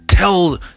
tell